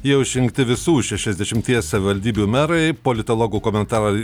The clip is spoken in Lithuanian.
jau išrinkti visų šešiasdešimties savivaldybių merai politologų komentarai